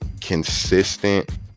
consistent